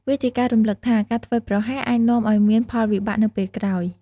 វាជាការរំលឹកថា ការធ្វេសប្រហែសអាចនាំឱ្យមានផលវិបាកនៅពេលក្រោយ។